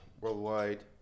worldwide